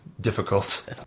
difficult